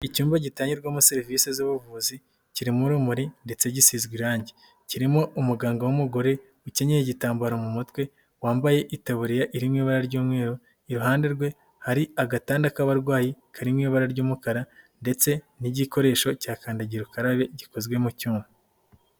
Icyumba gitangirwamo serivisi z'ubuvuzi kirimo urumuri ndetse gisizwe irangi, kirimo umuganga w'umugore ukenyeye igitambaro mu mutwe wambaye itaburiya irimo ibara ry'umweru, iruhande rwe hari agatanda k'abarwayi karimo ibara ry'umukara ndetse n'igikoresho cya kankandagira ukarabe gikozwe mu cyuma.